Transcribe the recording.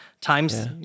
times